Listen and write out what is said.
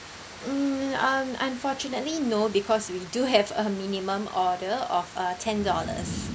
mm um unfortunately no because we do have a minimum order of uh ten dollars